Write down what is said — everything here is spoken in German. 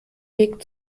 weg